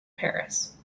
paris